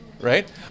right